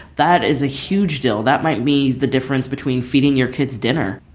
that is a huge deal. that might mean the difference between feeding your kids dinner.